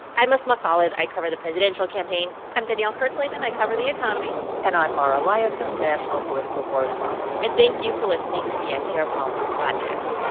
i'm asma khalid. i cover the presidential campaign i'm danielle kurtzleben. i cover the economy and i'm mara liasson, national political correspondent and thank you for listening to the npr politics podcast